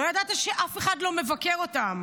לא ידעת שאף אחד לא מבקר אותן,